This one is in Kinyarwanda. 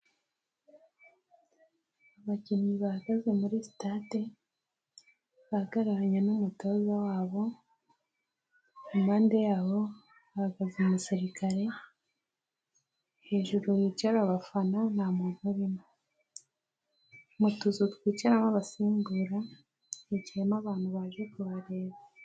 Abakinnyi bahagaze muri sitade bahagararanye n'umutoza wabo, impande yabo hahagaze umusirikare, hejuru hicara abafana nta muntu urimo mu tuzu twicaraho abasimbura, hicayemo abantu baje kuhareba.